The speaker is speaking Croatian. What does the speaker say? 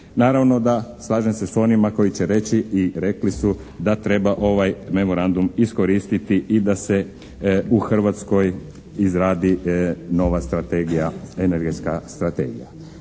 Naravno da slažem se s onima koji će reći i rekli su da treba ovaj memorandum iskoristiti i da se u Hrvatskoj izradi nova energetska strategija.